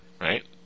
right